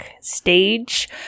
stage